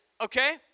Okay